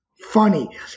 funny